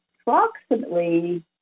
approximately